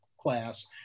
class